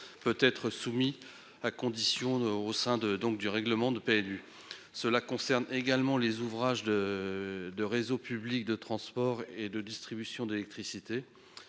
peut être soumise à conditions. Cela concerne également les ouvrages de réseau public de transport et de distribution d'électricité.